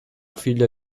figlia